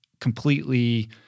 completely